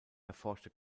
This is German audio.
erforschte